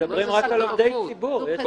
--- מדברים רק על עובדי ציבור.